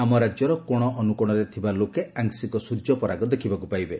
ଆମ ରାଜ୍ୟର କୋଶ ଅନୁକୋଶରେ ଥିବା ଲୋକେ ଆଂଶିକ ସୂର୍ଯ୍ୟପରାଗ ଦେଖ୍ବାକୁ ପାଇବେ